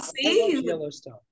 yellowstone